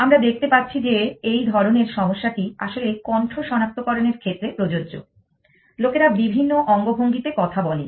আমরা দেখতে পাচ্ছি যে এই ধরণের সমস্যাটি আসলে কন্ঠ সনাক্তকরণের ক্ষেত্রে প্রযোজ্য লোকেরা বিভিন্ন অঙ্গভঙ্গিতে কথা বলে